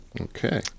Okay